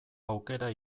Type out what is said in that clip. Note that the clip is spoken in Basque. aukera